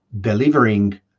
delivering